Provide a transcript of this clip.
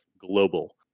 global